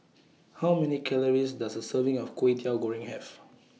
How Many Calories Does A Serving of Kway Teow Goreng Have